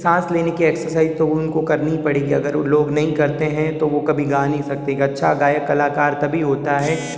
साँस लेने की एक्सरसाइज़ तो उनको करनी पड़ेगी अगर उन लोग नहीं करते हैं तो वो कभी गा नहीं सकते एक अच्छा गायक कलाकार तभी होता है